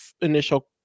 initial